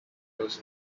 those